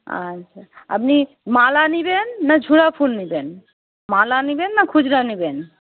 আচ্ছা আপনি মালা নেবেন না ঝোড়া ফুল নেবেন মালা নেবেন না খুচরো নেবেন